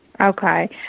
Okay